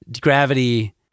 gravity